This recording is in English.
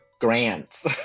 Grants